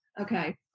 Okay